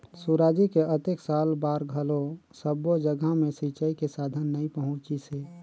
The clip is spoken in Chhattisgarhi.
सुराजी के अतेक साल बार घलो सब्बो जघा मे सिंचई के साधन नइ पहुंचिसे